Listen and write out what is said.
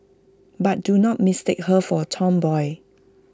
but do not mistake her for A tomboy